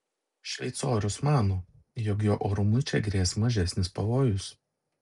šveicorius mano jog jo orumui čia grės mažesnis pavojus